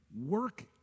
Work